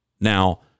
Now